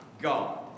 God